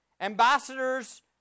Ambassadors